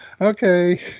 Okay